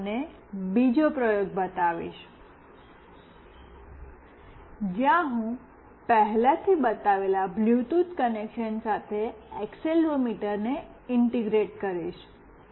આજે હું તમને બીજો પ્રયોગ બતાવીશ જ્યાં હું પહેલાથી બતાવેલા બ્લૂટૂથ કનેક્શન સાથે એક્સેલરોમીટરને ઇન્ટીગ્રેટ કરીશ